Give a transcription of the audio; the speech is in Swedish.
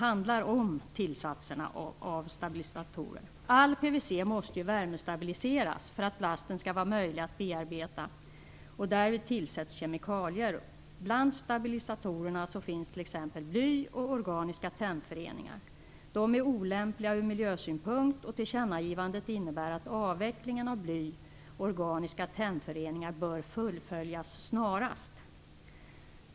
All PVC måste värmestabiliseras för att plasten skall vara möjlig att bearbeta, och därvid tillsätts kemikalier. Bland stabilisatorerna finns t.ex. bly och organiska tennföreningar. De är olämpliga ur miljösynpunkt, och tillkännagivandet innebär att avvecklingen av bly och organiska tennföreningar bör fullföljas snarast.